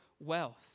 wealth